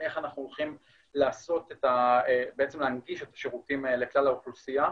לאיך אנחנו הולכים להנגיש את השירותים לכלל האוכלוסייה,